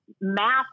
math